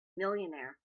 millionaire